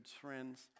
friends